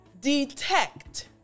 detect